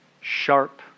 sharp